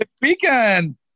weekend